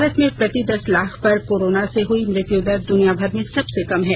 भारत में प्रति दस लाख पर कोरोना से हुई मृत्युदर दुनियाभर में सबसे कम है